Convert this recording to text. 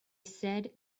said